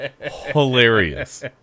hilarious